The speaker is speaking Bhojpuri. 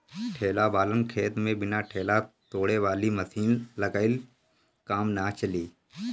ढेला वालन खेत में बिना ढेला तोड़े वाली मशीन लगइले काम नाइ चली